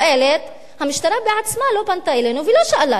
המשטרה עצמה לא פנתה אלינו ולא שאלה אותנו,